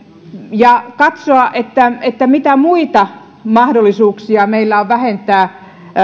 ja katsoa mitä muita mahdollisuuksia meillä on vähentää